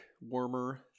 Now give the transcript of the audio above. warmer